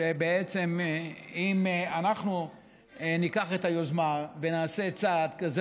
ובעצם אם אנחנו ניקח את היוזמה ונעשה צעד כזה